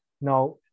Now